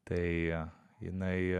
tai jinai